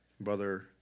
Brother